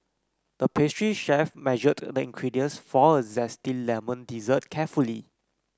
the pastry chef measured the ingredients for a zesty lemon dessert carefully